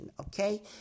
Okay